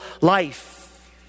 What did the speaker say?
life